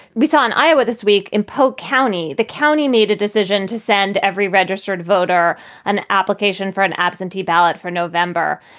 we saw in iowa this week in polk county, the county made a decision to send every registered voter an application for an absentee ballot for november.